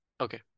Okay